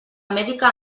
mèdica